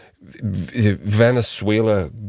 Venezuela